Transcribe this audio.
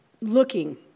looking